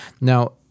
Now